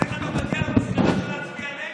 אבל איך אתה מגיע למסקנה להצביע נגד?